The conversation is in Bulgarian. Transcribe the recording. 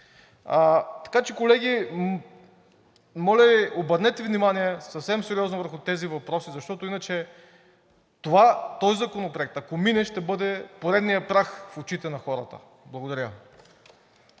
Така че, колеги, моля Ви, обърнете внимание, съвсем сериозно, върху тези въпроси, защото иначе този законопроект, ако мине, ще бъде поредният прах в очите на хората. Благодаря.